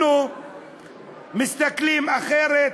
אנחנו מסתכלים אחרת,